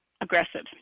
aggressive